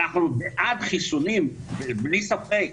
אנחנו בעד חיסונים, בלי ספק